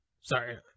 sorry